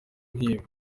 nk’ibi